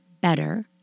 better